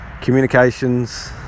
communications